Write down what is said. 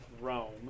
rome